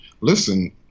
listen